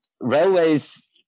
Railways